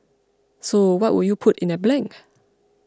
so what would you put in that blank